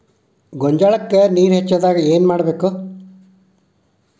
ಗೊಂಜಾಳಕ್ಕ ನೇರ ಹೆಚ್ಚಾದಾಗ ಏನ್ ಮಾಡಬೇಕ್?